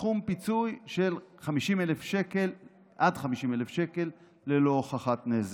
פיצוי בסכום של עד 50,000 שקל ללא הוכחת נזק.